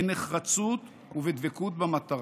בנחרצות ובדבקות במטרה.